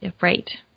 Right